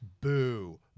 Boo